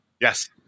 Yes